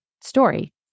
story